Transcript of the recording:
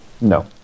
No